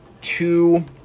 two